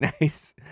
nice